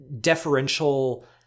deferential